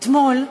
אתמול,